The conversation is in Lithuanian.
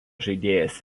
žaidėjas